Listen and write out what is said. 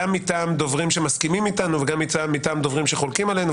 מטעם דוברים שמסכימים איתנו וגם מטעם דוברים שחולקים עלינו,